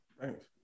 Thanks